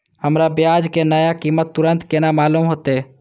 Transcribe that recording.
हमरा बाजार के नया कीमत तुरंत केना मालूम होते?